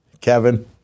Kevin